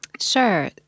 Sure